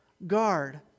guard